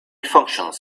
functions